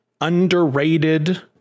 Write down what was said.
underrated